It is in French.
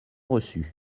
reçu